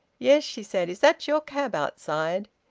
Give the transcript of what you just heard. yes, she said. is that your cab outside?